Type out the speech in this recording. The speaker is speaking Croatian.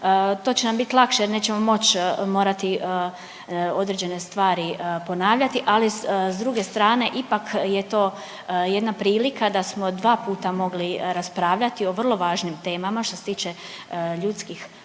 To će nam bit lakše jer nećemo moć, morati određene stvari ponavljati ali s druge strane ipak je to jedna prilika da smo dva puta mogli raspravljati o vrlo važnim temama što se tiče ljudskih prava